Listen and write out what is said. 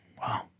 Wow